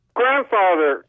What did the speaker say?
grandfather